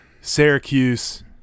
Syracuse